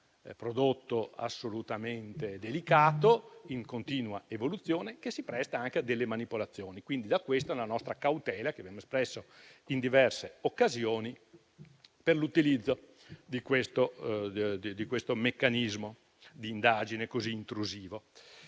prodotto assolutamente delicato, in continua evoluzione, che si presta anche a delle manipolazioni. Da qui la nostra cautela, che abbiamo espresso in diverse occasioni, per l'utilizzo di questo meccanismo di indagine così intrusivo.